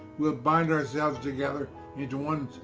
we'll bind ourselves together into one,